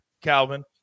calvin